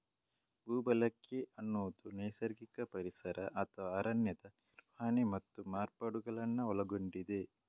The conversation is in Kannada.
ಭೂ ಬಳಕೆ ಅನ್ನುದು ನೈಸರ್ಗಿಕ ಪರಿಸರ ಅಥವಾ ಅರಣ್ಯದ ನಿರ್ವಹಣೆ ಮತ್ತು ಮಾರ್ಪಾಡುಗಳನ್ನ ಒಳಗೊಂಡಿದೆ